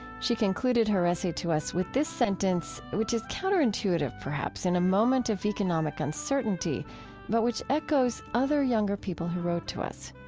she concluded this essay to us with this sentence, which is counterintuitive, perhaps, in a moment of economic uncertainty but which echoes other younger people who wrote to us.